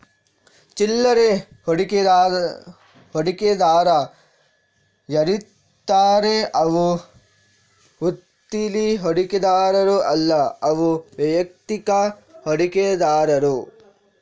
ಚಿಲ್ಲರೆ ಹೂಡಿಕೆದಾರ ಯಾರಿರ್ತಾರೆ ಅವ್ರು ವೃತ್ತೀಲಿ ಹೂಡಿಕೆದಾರರು ಅಲ್ಲ ಅವ್ರು ವೈಯಕ್ತಿಕ ಹೂಡಿಕೆದಾರರು